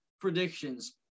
predictions